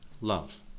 love